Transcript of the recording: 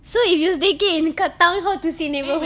so if you staycay in dekat town hall to see you